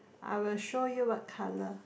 I will show you what colour